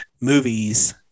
movies